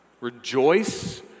Rejoice